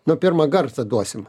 nu pirma garsą duosim